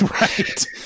Right